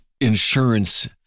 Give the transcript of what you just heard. insurance